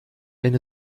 wenn